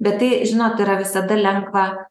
bet tai žinot yra visada lengva